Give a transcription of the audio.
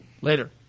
later